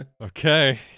Okay